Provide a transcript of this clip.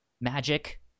magic